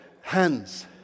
hands